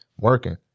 working